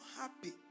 happy